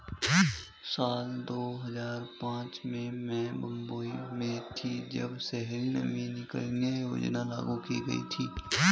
साल दो हज़ार पांच में मैं मुम्बई में थी, जब शहरी नवीकरणीय योजना लागू की गई थी